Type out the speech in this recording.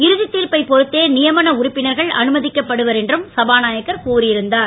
இறுதி திர்ப்பை பொறுத்தே நியமன உறுப்பினர்கள் அனுமதிக்கப்படுவார் என்றும் சபாநாயகர் கூறியிருந்தார்